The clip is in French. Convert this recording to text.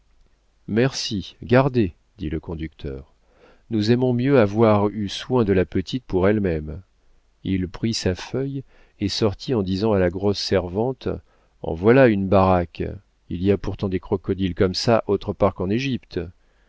merci gardez dit le conducteur nous aimons mieux avoir eu soin de la petite pour elle-même il prit sa feuille et sortit en disant à la grosse servante en voilà une baraque il y a pourtant des crocodiles comme ça autre part qu'en égypte